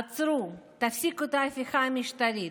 עצרו, תפסיקו את ההפיכה המשטרית,